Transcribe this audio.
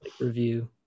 review